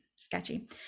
Sketchy